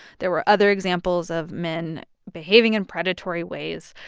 there were other examples of men behaving in predatory ways.